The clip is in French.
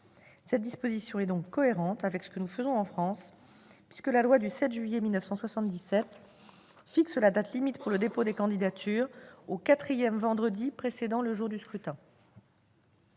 Cette disposition est donc cohérente avec ce que nous faisons en France, puisque la loi du 7 juillet 1977 fixe la date limite pour le dépôt des candidatures au quatrième vendredi précédant le jour du scrutin.